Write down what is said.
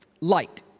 light